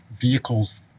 vehicles